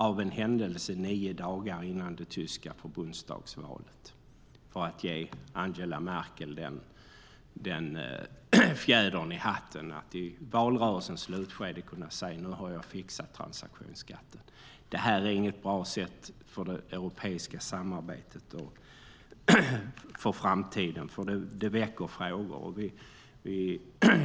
Av en händelse är det nio dagar före det tyska förbundsdagsvalet, för att ge Angela Merkel den fjädern i hatten att i valrörelsens slutskede kunna säga: Nu har jag fixat transaktionsskatten. Det här är inget bra sätt för det europeiska samarbetet inför framtiden. Det väcker frågor.